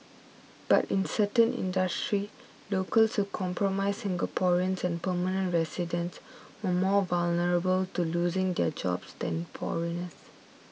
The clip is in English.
but in certain industries locals who comprise Singaporeans and permanent residents were more vulnerable to losing their jobs than foreigners